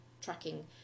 tracking